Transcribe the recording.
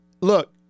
Look